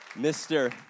Mr